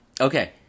Okay